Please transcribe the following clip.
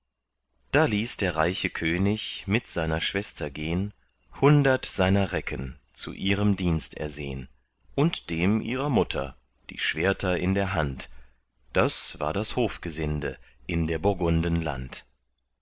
da ließ der reiche könig mit seiner schwester gehn hundert seiner recken zu ihrem dienst ersehn und dem ihrer mutter die schwerter in der hand das war das hofgesinde in der burgunden land